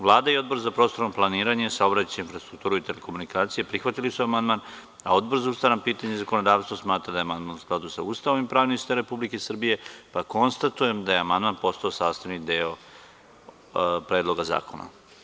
Vlada i Odbor za prostorno planiranje, saobraćaj, infrastrukturu i telekomunikacije prihvatili su amandman, aOdbor za ustavna pitanja i zakonodavstvo smatra da je amandman u skladu sa Ustavom i pravnim sistemom Republike Srbije, pa konstatujem da je amandman postao sastavni deo Predloga zakona.